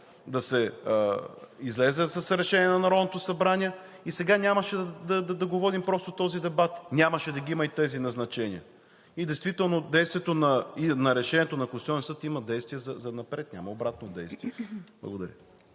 да се излезе с решение на Народното събрание и сега просто нямаше да водим този дебат. Нямаше да ги има и тези назначения. Действително решението на Конституционния съд има действие занапред – няма обратно действие. Благодаря.